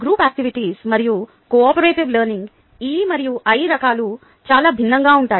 group activities మరియు cooperative learning E మరియు I రకాలు చాలా భిన్నంగా ఉంటాయి